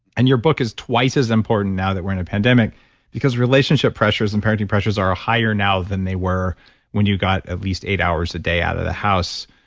and your book is twice is important now that we're in a pandemic because relationship pressures and parenting pressures are ah higher now than they were when you got at least eight hours a day out of the house,